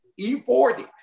E40